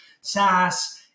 SaaS